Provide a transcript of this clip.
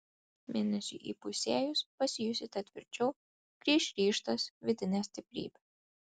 mėnesiui įpusėjus pasijusite tvirčiau grįš ryžtas vidinė stiprybė